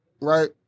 right